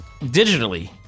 digitally